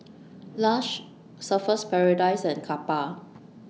Lush Surfer's Paradise and Kappa